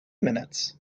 minutes